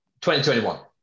2021